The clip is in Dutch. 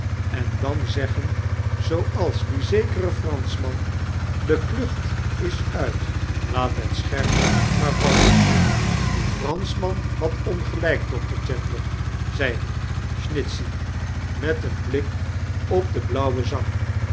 en dan zeggen zooals die zekere eranschman de klucht is uit laat bet scherm maar vallen die eranschman had ongelijk doctor jeddler zei snitchey met een blik op den blauwen zak